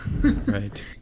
Right